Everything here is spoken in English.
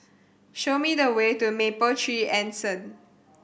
show me the way to Mapletree Anson